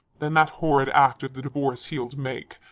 than that horrid act of the divorce he'd make!